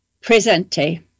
presente